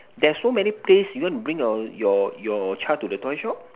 there's so many place you want to bring your your your child to the toy shop